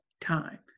time